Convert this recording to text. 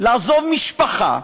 לעזוב משפחה,